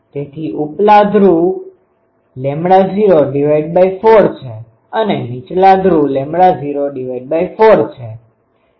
તેથી ઉપલા ધ્રુવ ૦4 છે અને નીચલા ધ્રુવ ૦4 છે